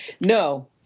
No